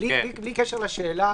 בלי קשר לשאלה